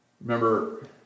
remember